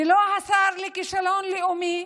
ולא את השר לכישלון לאומי,